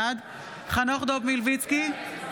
חנוך דב מלביצקי,